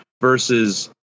versus